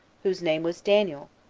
whose name was daniel,